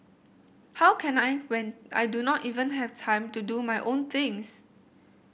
how can I when I do not even have time to do my own things